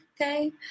okay